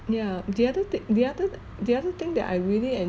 ya the other thing the other the other thing that I really